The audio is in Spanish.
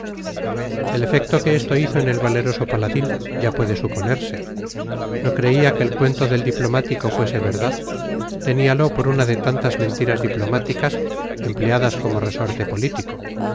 el efecto que esto hizo en el valeroso paladín ya puede suponerse no creía que el cuento del diplomático fuese verdad teníalo por una de tantas mentiras diplomáticas empleadas como resorte político